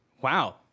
Wow